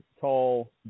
tall